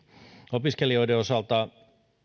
opiskelijoiden osalta